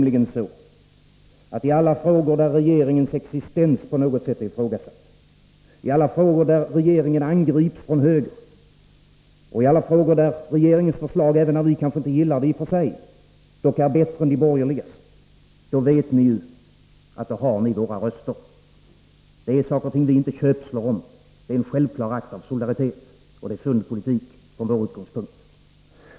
I alla frågor där regeringens existens på något sätt blir ifrågasatt, i alla frågor där regeringen angrips från höger och i alla frågor där regeringens förslag — även om vi kanske inte gillar det i och för sig — är bättre än de borgerligas, vet ni att ni har våra röster. Det är saker och ting som vi inte köpslår om. Det är en självklar akt av solidaritet. Det är sund politik, från vår utgångspunkt.